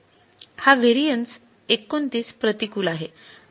हा व्हेरिएन्स २९ प्रतिकूल आहे